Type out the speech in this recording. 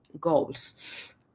goals